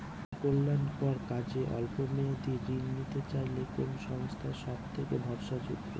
জনকল্যাণকর কাজে অল্প মেয়াদী ঋণ নিতে চাইলে কোন সংস্থা সবথেকে ভরসাযোগ্য?